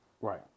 Right